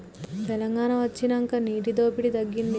తెలంగాణ వొచ్చినాక నీటి దోపిడి తగ్గింది